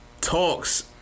Talks